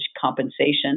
compensation